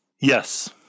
Yes